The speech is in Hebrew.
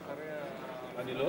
חבר הכנסת טיבי, האם גם